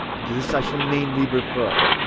and to this i shall mainly refer.